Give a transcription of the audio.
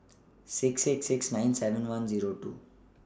six six six nine seven one Zero two